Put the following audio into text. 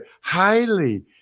highly